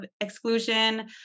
exclusion